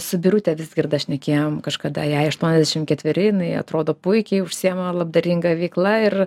su birute vizgirda šnekėjom kažkada jai aštuoniasdešimt ketveri jinai atrodo puikiai užsiima labdaringa veikla ir